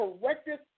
corrected